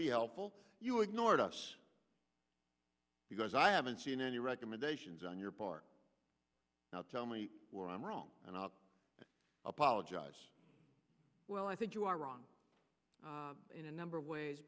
be helpful you ignored us because i haven't seen any recommendations on your part now tell me where i'm wrong and i apologize well i think you are wrong in a number of ways